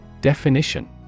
Definition